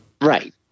Right